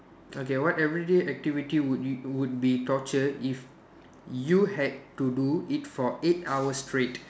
okay what everyday activity would you would be torture if you had to do it for eight hours straight